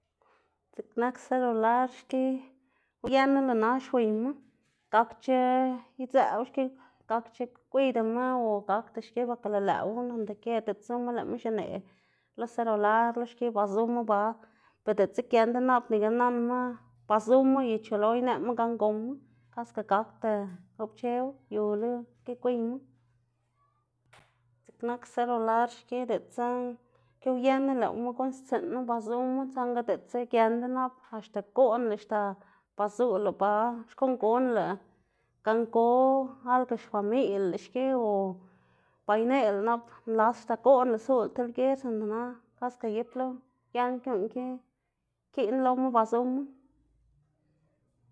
Zi'k nak sedular xki uyenu lo na xwiyma, gakdc̲h̲a idzëꞌwu xki gakdc̲h̲a gwiydama o gakda xki porke lëꞌwu dondekiera diꞌt zuma lëꞌma xineꞌ lo sedular lo xki ba zuma ba, ber diꞌltsa giendu nap nika nanma ba zuma y chu lo ineꞌma gan goma, kaske gakda goꞌpchewu, yulo xki gwiyma. dziꞌk nak sedular xki diꞌltsa xki uyenu lëꞌma guꞌnnstsiꞌnu ba zuma saꞌnga diꞌltsa giendu nap axta goꞌnlá axta ba zuꞌlá ba xkuꞌn gonlá gan go algo xfamiꞌl- lá xki o ba ineꞌlá nap nlas axta goꞌnlá zuꞌlá ti lger sinda nana gibla uyen guꞌn ki ikiꞌn loma ba zuma.